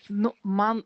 nu man